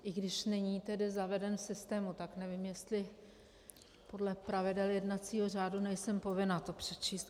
I když není zaveden v systému, tak nevím, jestli podle pravidel jednacího řádu nejsem povinna to přečíst.